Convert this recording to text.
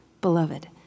beloved